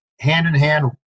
hand-in-hand